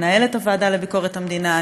מנהלת הוועדה לביקורת המדינה.